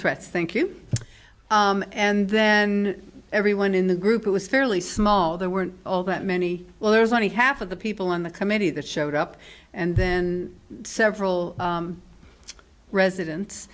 threats thank you and then everyone in the group was fairly small there weren't all that many well there's only half of the people on the committee that showed up and then several residen